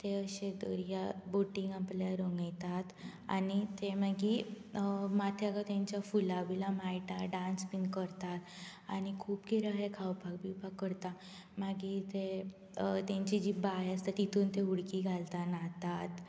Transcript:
ते अशे दर्या बोटींक आपल्या रंगयतात आनी ते मागीर माथ्याक फुलां बिलां माळटात डान्स बीन करतात आनी खूब कितें अशे खावपाक बिवपाक करतात तेंची जी बांय आसता तितूंत ते उडकी घालतात न्हातात